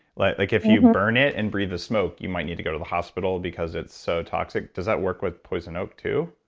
like like if you burn it and breathe the smoke, you might need to go to the hospital because it's so toxic. does that work with poison oak too?